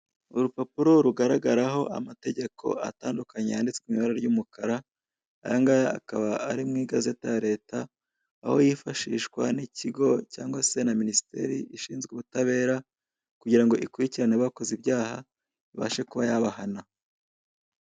Urupapuro rugaragaraho amategeko atandukanye, yanditswe mu ibara ry'umukara, ayangaya akaba ari mu igazeti ya leta, aho yifashishwa n'ikigo cyangwa se na minisiteri ishinzwe ubutabera, kugira ngo ikurikirane abakoze ibyaha, ibashe kuba yabahana.